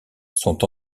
sont